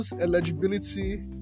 eligibility